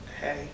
hey